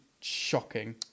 shocking